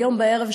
היום בערב,